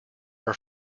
are